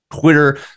twitter